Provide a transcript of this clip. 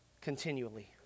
continually